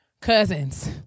cousins